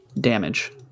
damage